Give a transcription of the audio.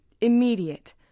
immediate